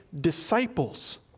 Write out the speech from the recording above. disciples